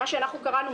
מה שאנחנו קראנו,